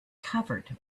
covered